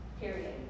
period